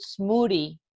smoothie